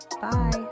Bye